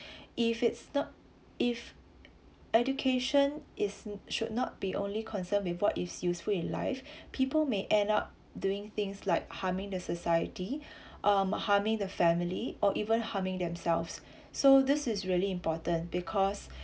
if it's not if education is should not be only concerned with what is useful in life people may end up doing things like harming the society um harming the family or even harming themselves so this is really important because